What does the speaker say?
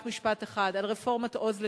רק משפט אחד על רפורמת "עוז לתמורה"